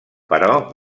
però